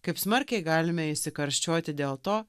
kaip smarkiai galime įsikarščiuoti dėl to